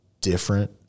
different